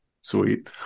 Sweet